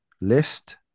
list